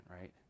right